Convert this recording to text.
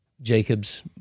Jacob's